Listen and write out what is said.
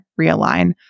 realign